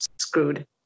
screwed